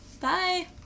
bye